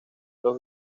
los